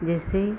जैसे